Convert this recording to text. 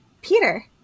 Peter